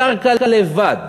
קרקע לבד,